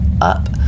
up